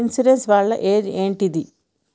Insurance వాళ్ల use ఏంటిది?